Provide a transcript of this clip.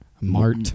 mart